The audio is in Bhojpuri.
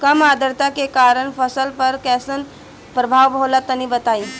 कम आद्रता के कारण फसल पर कैसन प्रभाव होला तनी बताई?